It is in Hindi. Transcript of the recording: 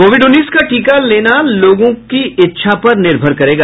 कोविड उन्नीस का टीका लेना लोगों की इच्छा पर निर्भर करेगा